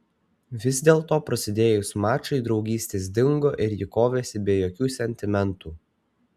vis dėlto prasidėjus mačui draugystės dingo ir ji kovėsi be jokių sentimentų